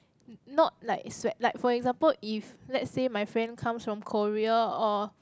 not like sweat like for example if let's say my friend comes from Korea or